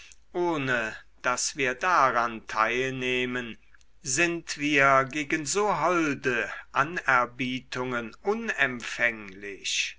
ohne daß wir daran teilnehmen sind wir gegen so holde anerbietungen unempfänglich